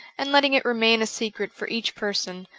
and letting it remain a secret for each person,